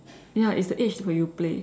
ya it's the age where you play